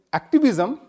activism